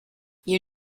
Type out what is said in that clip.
you